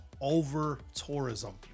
over-tourism